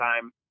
time